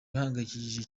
bihangayikishije